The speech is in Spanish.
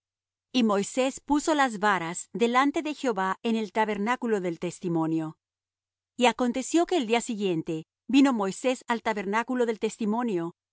y moisés puso las varas delante de jehová en el tabernáculo del testimonio y aconteció que el día siguiente vino moisés al tabernáculo del testimonio y